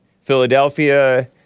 Philadelphia